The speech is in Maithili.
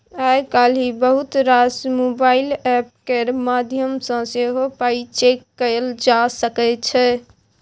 आइ काल्हि बहुत रास मोबाइल एप्प केर माध्यमसँ सेहो पाइ चैक कएल जा सकै छै